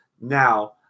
Now